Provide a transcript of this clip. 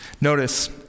Notice